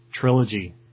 trilogy